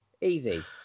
Easy